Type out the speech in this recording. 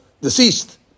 deceased